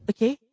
Okay